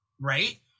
right